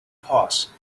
costs